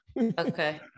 Okay